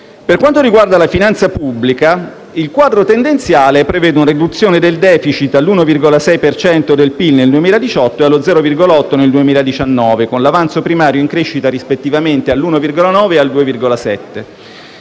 Per quanto riguarda la finanza pubblica, il quadro tendenziale prevede una riduzione del *deficit* all'1,6 per cento del PIL nel 2018 e allo 0,8 per cento nel 2019, con l'avanzo primario in crescita rispettivamente all'1,9 per cento